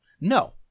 No